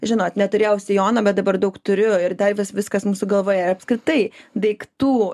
žinot neturėjau sijono bet dabar daug turiu ir dar vis viskas mūsų galvoje ir apskritai daiktų